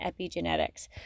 epigenetics